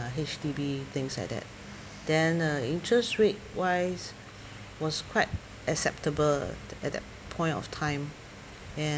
H_D_B things like that then uh interest rate wise was quite acceptable at that point of time and